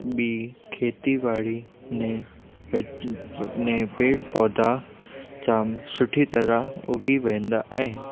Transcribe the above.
ॿीं खेती बाड़ी ने ने पेड़ पौधा जाम सुठी तरहा उगी वेंदा आहिनि